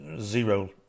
zero